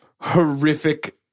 Horrific